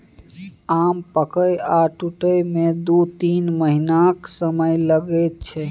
आम पाकय आ टुटय मे दु तीन महीनाक समय लैत छै